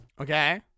Okay